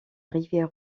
rivière